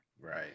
Right